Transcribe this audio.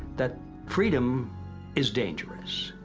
that freedom is dangerous.